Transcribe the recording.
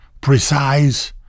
precise